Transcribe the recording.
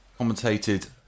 commentated